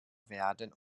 werden